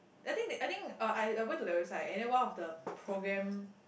I think that I think uh I I went to their website and then one of the programme